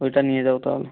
ওইটা নিয়ে যাও তাহলে